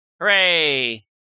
Hooray